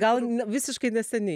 gal visiškai neseniai